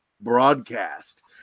broadcast